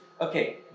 okay